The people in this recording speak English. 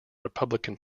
republican